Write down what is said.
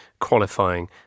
qualifying